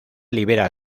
libera